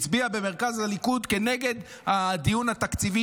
הצביע במרכז הליכוד כנגד הדיון התקציבי